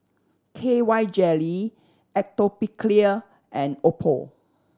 K Y Jelly Atopiclair and Oppo